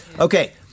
Okay